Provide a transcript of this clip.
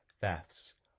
thefts